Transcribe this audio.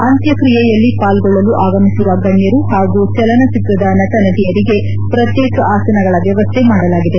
ಅಂತ್ಯಕ್ರಿಯೆಯಲ್ಲಿ ಪಾಲ್ಗೊಳ್ಳಲು ಆಗಮಿಸುವ ಗಣ್ಣರು ಹಾಗೂ ಚಲನಚಿತ್ರದ ನಟನಟಿಯರಿಗೆ ಪ್ರತ್ಯೇಕ ಆಸನಗಳ ವ್ಲವಸ್ಥೆ ಮಾಡಲಾಗಿದೆ